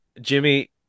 Jimmy